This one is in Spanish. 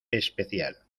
especial